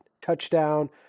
touchdown